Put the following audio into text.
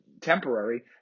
temporary